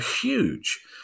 huge